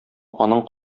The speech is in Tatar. аның